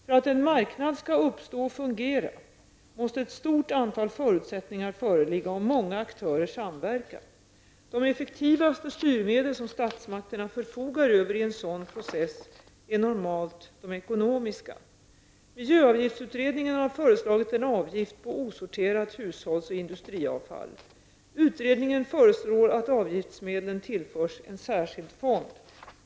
För att en marknad skall uppstå och fungera måste ett stort antal förutsättningar föreligga och många aktörer samverka. De effektivaste styrmedel som statsmakterna förfogar över i en sådan process är normalt de ekonomiska. Miljöavgiftsutredningen har föreslagit en avgift på osorterat hushålls och industriavfall. Utredningen föreslår att avgiftsmedlen tillförs en särskild fond.